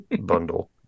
bundle